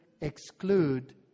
exclude